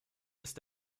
ist